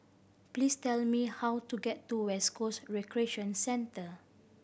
please tell me how to get to West Coast Recreation Centre